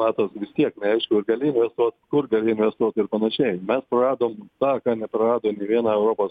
matot vis tiek neaišku ar gali investuot kur gali investuot ir panašiai mes praradom tą ką neprarado nei viena europos